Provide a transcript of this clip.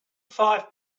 five